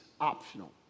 optional